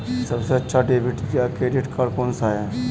सबसे अच्छा डेबिट या क्रेडिट कार्ड कौन सा है?